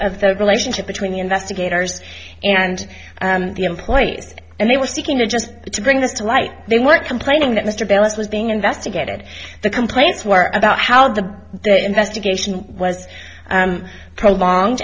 of the relationship between the investigators and the employees and they were seeking to just to bring this to light they weren't complaining that mr balance was being investigated the complaints were about how the investigation was prolong